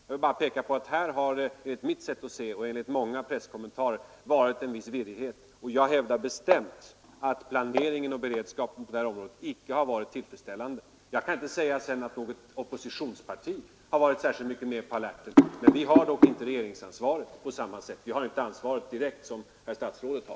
Jag vill bara peka på att här har, enligt mitt sätt att se och enligt många presskommentarer, varit en viss virrighet. Jag hävdar bestämt att planeringen och beredskapen icke har varit tillfredsställande. Jag kan inte säga att något oppositionsparti har varit särskilt på alerten, men vi har inte det direkta regeringsansvaret som herr statsrådet har.